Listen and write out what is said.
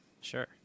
Sure